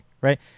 right